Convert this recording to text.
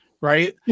right